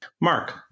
Mark